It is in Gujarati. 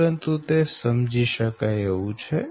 પરંતુ તે સમજી શકાય તેવું છે